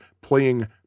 playing